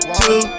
two